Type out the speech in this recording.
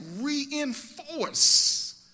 reinforce